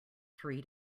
three